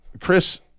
Chris